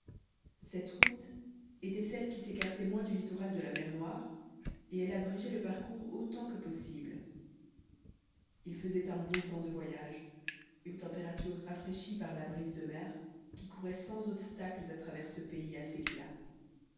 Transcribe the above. cette route était celle qui s'écartait moins du littoral de la mer noire et elle abrégeait le parcours autant que possible il faisait un beau temps de voyage une température rafraîchie par la brise de mer qui courait sans obstacles à travers ce pays assez plat